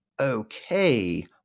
okay